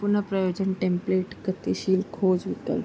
पुनः प्रयोजन टेम्पलेट गतिशील खोज विकल्प